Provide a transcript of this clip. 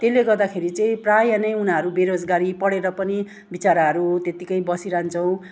त्यसले गर्दाखेरि चाहिँ प्रायः नै उनीहरू बेरोजगारी पढेर पनि बिचाराहरू त्यतिकै बसिरहन्छ